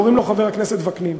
קוראים לו חבר הכנסת וקנין.